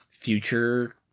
future